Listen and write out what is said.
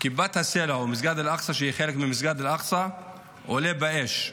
שכיפת הסלע, או מסגד אל-אקצא, עולה באש,